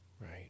Right